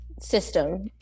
system